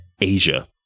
Asia